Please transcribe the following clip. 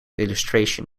illustration